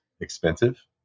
expensive